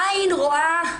העין רואה,